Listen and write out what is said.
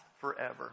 forever